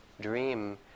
dream